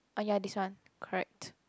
ah ya this one correct